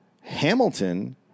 hamilton